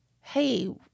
hey